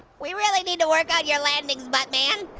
we really need to work on your landings, buttman.